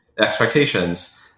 expectations